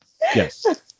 Yes